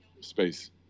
Space